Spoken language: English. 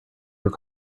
your